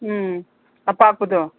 ꯎꯝ ꯑꯄꯥꯛꯄꯗꯣ